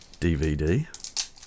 DVD